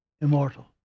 immortal